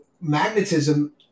magnetism